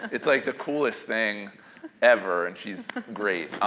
it's like the coolest thing ever and she's great.